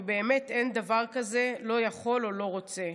ובאמת אין דבר כזה לא יכול או לא רוצה,